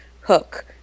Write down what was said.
hook